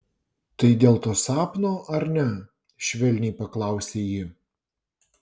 tai dėl to sapno ar ne švelniai paklausė ji